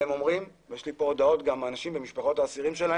יש לי כאן הודעות ממשפחות האסירים,